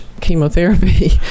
chemotherapy